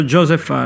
Joseph